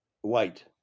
White